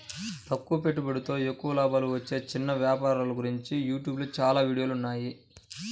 తక్కువ పెట్టుబడితో ఎక్కువ లాభాలు వచ్చే చిన్న వ్యాపారాల గురించి యూట్యూబ్ లో చాలా వీడియోలున్నాయి